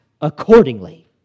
accordingly